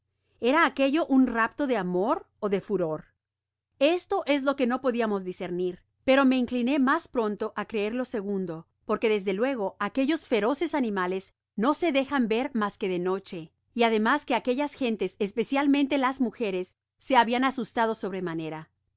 era aquello un rapto de amor ó de furor esto es lo que no podiamos discernir pero me incliné mas pronto á creer lo segundo porque desde luego aquellos feroces animales no se dejan ver mas que de noche y ademas que aquellas gentes especialmente las mujeres se habian asustado